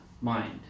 mind